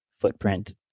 footprint